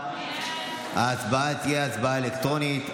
להצבעה אלקטרונית.